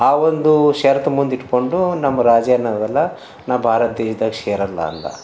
ಆ ಒಂದು ಷರ್ತು ಮುಂದೆ ಇಟ್ಕೊಂಡು ನಮ್ಮ ರಾಜರು ನಾವೆಲ್ಲಾ ನಾ ಭಾರತ ದೇಶ್ದಾಗ ಸೇರಲ್ಲ ಅಂದ